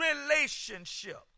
relationship